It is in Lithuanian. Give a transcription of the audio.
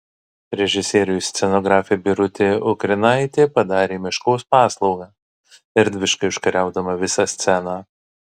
režisieriui scenografė birutė ukrinaitė padarė meškos paslaugą erdviškai užkariaudama visą sceną